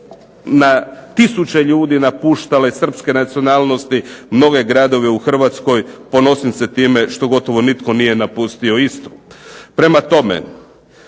na tisuće ljudi napuštali srpske nacionalnosti, mnoge gradove u Hrvatskoj, ponosim se time što gotovo nitko nije napustio Istru. Prema tome,